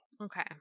Okay